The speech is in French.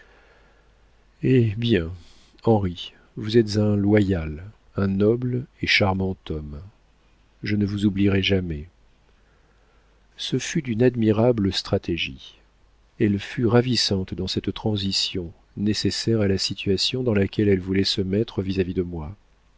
eh bien henri vous êtes un loyal un noble et charmant homme je ne vous oublierai jamais ce fut d'une admirable stratégie elle fut ravissante dans cette transition nécessaire à la situation dans laquelle elle voulait se mettre vis-à-vis de moi